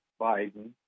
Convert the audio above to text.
Biden